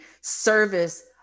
service